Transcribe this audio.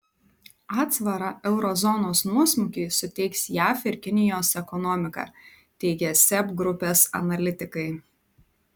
atsvarą euro zonos nuosmukiui suteiks jav ir kinijos ekonomika teigia seb grupės analitikai